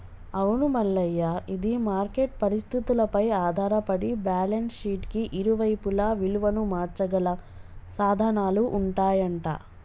అవును మల్లయ్య ఇది మార్కెట్ పరిస్థితులపై ఆధారపడి బ్యాలెన్స్ షీట్ కి ఇరువైపులా విలువను మార్చగల సాధనాలు ఉంటాయంట